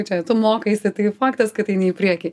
čia tu mokaisi tai faktas kad eini į priekį